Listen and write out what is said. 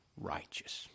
righteous